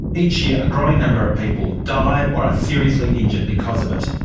each year a growing number of people die or are seriously injured because of it.